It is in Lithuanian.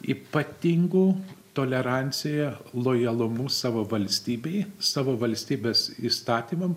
ypatingu tolerancija lojalumu savo valstybei savo valstybės įstatymam